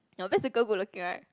because the girl good looking right